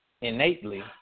innately